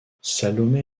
salomé